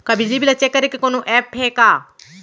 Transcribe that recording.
का बिजली बिल ल चेक करे के कोनो ऐप्प हे का?